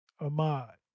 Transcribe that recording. Ahmad